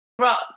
rock